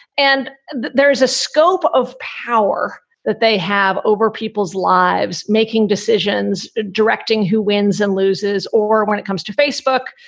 and there is a scope of power that they have over people's lives, lives, making decisions, directing who wins and loses or when it comes to facebook.